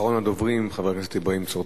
אחרון הדוברים, חבר הכנסת אברהים צרצור.